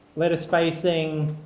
letter spacing,